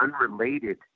unrelated